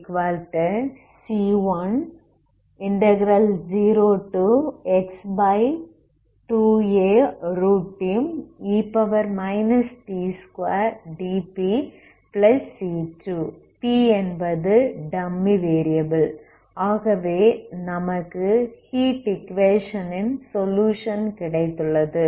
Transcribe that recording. p என்பது dummy variable ஆகவே நமக்கு ஹீட் ஈக்குவேஷன் ன் சொலுயுஷன் கிடைத்துள்ளது